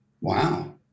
Wow